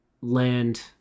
land